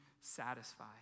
satisfied